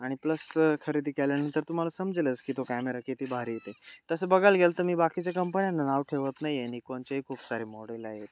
आणि प्लस खरेदी केल्यानंतर तुम्हाला समजेलच की तो कॅमेरा किती भारी आहे ते तसं बघायला गेलं तर मी बाकीच्या कंपन्यांंना नावं ठेवत नाही आहे निकॉनचेही खूप सारे मॉडेल आहेत